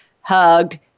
hugged